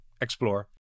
explore